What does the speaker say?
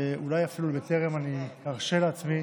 אולי בטרם, אני ארשה לעצמי